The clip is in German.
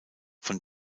von